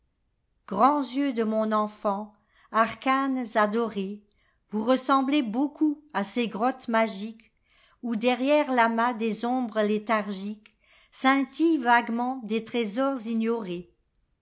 grands yeux de mon enfant arcanes adorés vous ressemblez beaucoup à ces grottes magiquesoù derrière tamas des ombres léthargiques scintillent vaguement des trésors ignorés